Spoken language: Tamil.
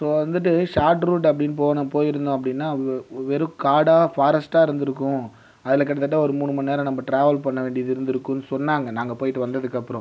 சோ வந்துட்டு ஷார்ட் ரூட் அப்படினு போனப்போ போயிருந்தோம் அப்படினால் வெறும் காடா ஃபாரஸ்ட்டாக இருந்துருக்கும் அதில் கிட்டத்தட்ட ஒரு மூணுமணி நேரம் நம்ம ட்ராவல் பண்ண வேண்டியது இருந்துருக்கும்னு சொன்னாங்கள் நாங்கள் போயிட்டு வந்ததுக்கப்புறம்